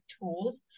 tools